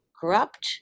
Corrupt